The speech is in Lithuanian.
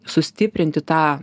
sustiprinti tą